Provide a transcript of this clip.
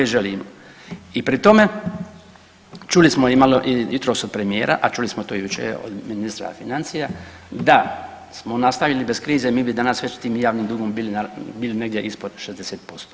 I pri tome čuli smo i malo jutros od premijera, a čuli smo to jučer od ministra financija da smo nastavili bez krize mi bi danas već tim javnim dugom bili negdje ispod 60%